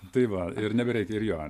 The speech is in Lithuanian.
tai va ir nebereikia ir jo